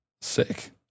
Sick